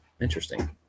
Interesting